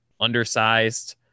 undersized